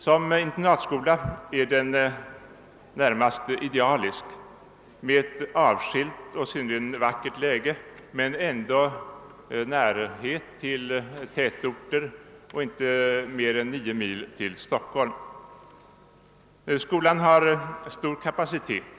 Som internatskola är den närmast ide alisk med ett avskilt och synnerligen vackert läge men ändå nära tätorter, belägen inte mer än 9 mil från Stockholm. Skolan har stor kapacitet.